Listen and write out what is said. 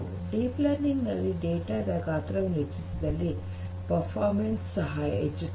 deep learning ನಲ್ಲಿ data ದ ಗಾತ್ರ ಹೆಚ್ಚಿಸಿದಲ್ಲಿ ಪರ್ಫಾರ್ಮೆನ್ಸ್ ಸಹ ಹೆಚ್ಚುತ್ತದೆ